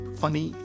funny